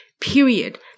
period